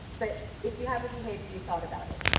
but if you have a behavior, you thought about it.